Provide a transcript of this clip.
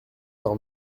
par